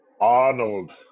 Arnold